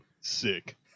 sick